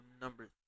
number